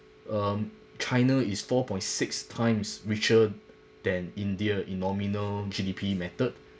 um china is four point six times richer than india in nominal G_D_P method